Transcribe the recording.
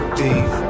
deep